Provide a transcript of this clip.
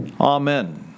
Amen